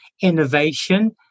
innovation